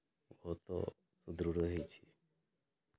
ବହୁତ ସୁଦୃଢ଼ ହେଇଛି